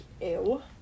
ew